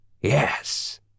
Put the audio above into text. Yes